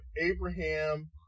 Abraham